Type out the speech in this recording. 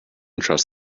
trust